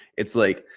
it's like,